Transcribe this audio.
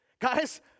Guys